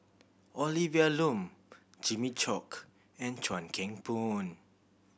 Olivia Lum Jimmy Chok and Chuan Keng Boon